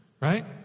right